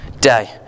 day